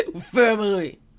Family